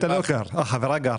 אתה לא גר; החברה גרה.